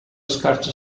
scarso